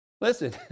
Listen